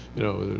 you know,